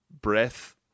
breath